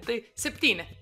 tai septyni